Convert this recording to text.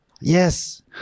Yes